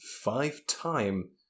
five-time